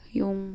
yung